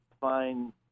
fine